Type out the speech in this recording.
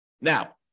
Now